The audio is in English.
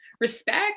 respect